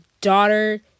daughter